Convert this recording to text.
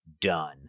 done